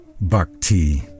bhakti